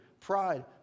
pride